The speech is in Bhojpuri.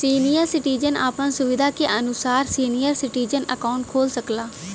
सीनियर सिटीजन आपन सुविधा के अनुसार सीनियर सिटीजन अकाउंट खोल सकला